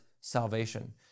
salvation